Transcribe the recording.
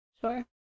sure